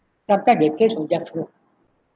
sometime they catch from their flow